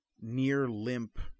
near-limp